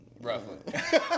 Roughly